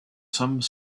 some